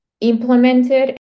implemented